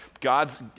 God's